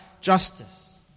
justice